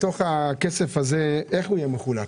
מתוך הכסף הזה, איך הוא יהיה מחולק?